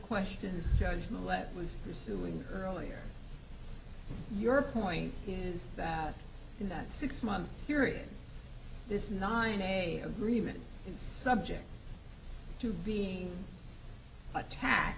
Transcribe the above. questions judge millette was pursuing earlier your point is that in that six month period this nine day agreement is subject to being attacked